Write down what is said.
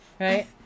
Right